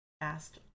asked